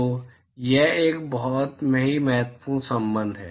तो यह एक बहुत ही महत्वपूर्ण संबंध है